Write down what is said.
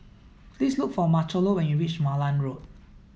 please look for Marchello when you reach Malan Road